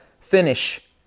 Finish